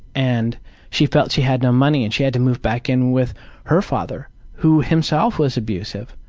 and she felt she had no money and she had to move back in with her father who himself was abusive.